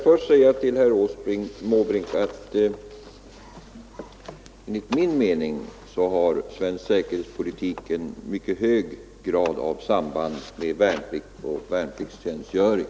| Företagsdemokratin Fru talman! Enligt min mening har svensk säkerhetspolitik en mycket inom krigsmakten, hög grad av samband med allmän värnplikt och värnpliktstjänstgöring.